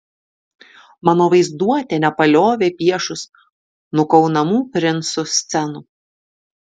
mano vaizduotė nepaliovė piešus nukaunamų princų scenų